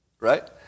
right